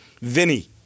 Vinny